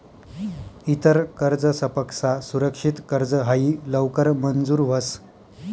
इतर कर्जसपक्सा सुरक्षित कर्ज हायी लवकर मंजूर व्हस